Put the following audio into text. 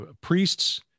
priests